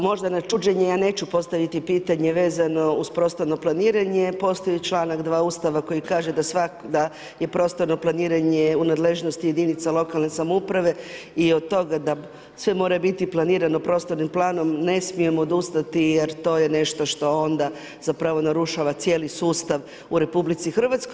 Možda na čuđenje, ja neću postaviti pitanje vezano uz prostorno planiranje, postoji članak … Ustava koji kaže da kaže da je prostorno planiranje u nadležnosti jedinica lokalne samouprave i od toga da sve mora biti planirano prostornim planom, ne smijemo odustati jer to je nešto što onda zapravo narušava cijeli sustav u RH.